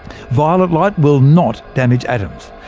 violet light will not damage atoms.